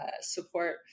support